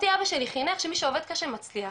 אותי אבא שלי חינך שמי שעובד קשה מצליח.